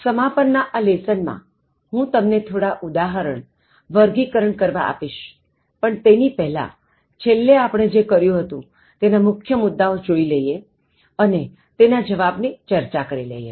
હવેસમાપન ના આ લેસન માં હું તમને થોડા ઉદાહરણ વર્ગીકરણ કરવા આપીશ પણ તેની પહેલાં છેલ્લે આપણે જે કર્યું હતું તેના મુખ્ય મુદ્દાઓ જોઇ લઇએ અને તેના જવાબની ચર્ચા કરી લઇએ